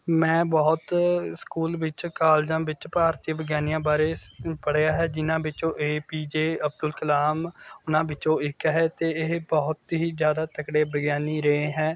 ਮੈਂ ਬਹੁਤ ਸਕੂਲ ਵਿੱਚ ਕਾਲਜਾਂ ਵਿੱਚ ਭਾਰਤੀ ਵਿਗਿਆਨੀਆਂ ਬਾਰੇ ਪੜ੍ਹਿਆ ਹੈ ਜਿਨ੍ਹਾਂ ਵਿੱਚੋਂ A P J Abdul Kalam ਉਨਾਂ ਵਿੱਚੋਂ ਇੱਕ ਹੈ ਅਤੇ ਇਹ ਬਹੁਤ ਹੀ ਜ਼ਿਆਦਾ ਤਕੜੇ ਵਿਗਿਆਨੀ ਰਹੇ ਹੈ